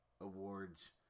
Awards